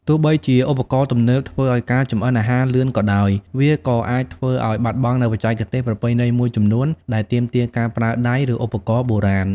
ទោះបីជាឧបករណ៍ទំនើបធ្វើឱ្យការចម្អិនអាហារលឿនក៏ដោយ វាក៏អាចធ្វើឱ្យបាត់បង់នូវបច្ចេកទេសប្រពៃណីមួយចំនួនដែលទាមទារការប្រើដៃ ឬឧបករណ៍បុរាណ។